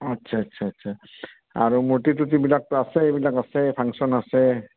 আচ্ছা আচ্ছা আচ্ছা আৰু মূৰ্তি তুৰ্তিবিলাকতো আছেই এইবিলাক আছে ফাংশ্যন আছে